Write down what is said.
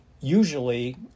usually